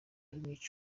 bicwa